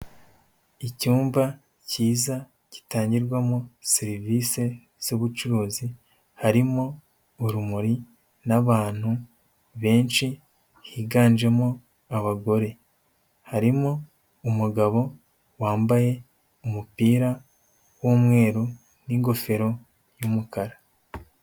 Icyumba cyiza gitangirwamo serivisi z'ubucuruzi harimo urumuri n'abantu benshi higanjemo abagore, harimo umugabo wambaye umupira w'umweru n'ingofero y'umukara.